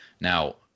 now